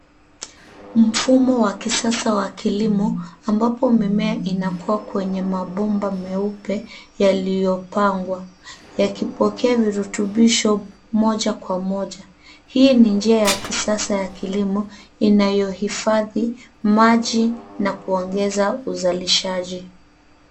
Mfumo wa kisasa wa kilimo ambapo mimea inakua kwa kwenye mabomba meupe yaliyopangwa yakipokea virutubisho moja kwa moja. Hii ni njia ya kisasa ya kilimo inayohifadhi maji na kuongeza uzalishaji.